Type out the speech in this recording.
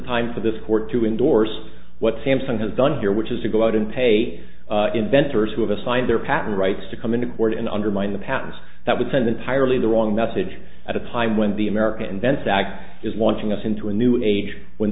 time for this court to endorse what samsung has done here which is to go out and pay inventors who have assigned their patent rights to come into court and undermine the patents that would tend entirely the wrong message at a time when the american invents act is launching us into a new age when